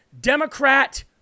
Democrat